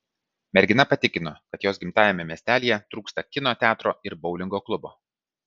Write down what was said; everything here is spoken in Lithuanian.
mergina patikino kad jos gimtajame miestelyje trūksta kino teatro ir boulingo klubo